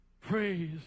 praise